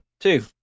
Two